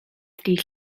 dydd